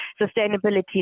Sustainability